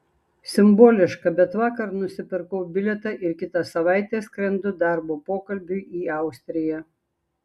simboliška bet vakar nusipirkau bilietą ir kitą savaitę skrendu darbo pokalbiui į austriją